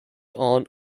aunt